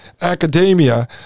academia